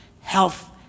health